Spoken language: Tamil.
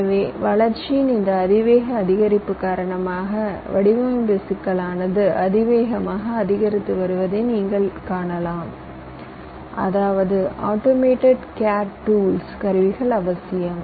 எனவே வளர்ச்சியின் இந்த அதிவேக அதிகரிப்பு காரணமாக வடிவமைப்பு சிக்கலானது அதிவேகமாக அதிகரித்து வருவதை நீங்கள் எளிதாகக் காணலாம் அதாவது ஆட்டோமேட்டட் கேட் டூல்ஸ் கருவிகள் அவசியம்